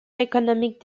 economic